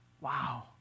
Wow